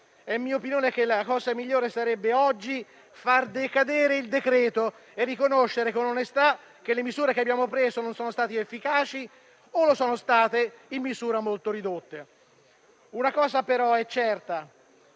È mia opinione che la cosa migliore sarebbe oggi far decadere il decreto-legge e riconoscere con onestà che le misure che abbiamo preso non sono state efficaci o lo sono state in misura molto ridotta. Una cosa, però, è certa